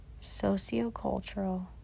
sociocultural